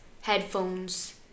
headphones